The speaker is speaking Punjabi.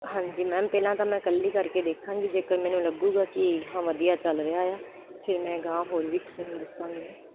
ਹਾਂਜੀ ਮੈਮ ਪਹਿਲਾਂ ਤਾਂ ਮੈਂ ਇਕੱਲੀ ਕਰਕੇ ਦੇਖਾਂਗੀ ਜੇਕਰ ਮੈਨੂੰ ਲੱਗੇਗਾ ਕਿ ਹਾਂ ਵਧੀਆ ਚੱਲ ਰਿਹਾ ਆ ਫਿਰ ਮੈਂ ਅਗਾਂਹ ਹੋਰ ਵੀ ਕਿਸੇ ਨੂੰ ਦੱਸਾਂਗੀ